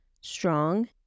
strong